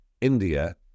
India